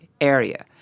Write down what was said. area